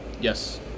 Yes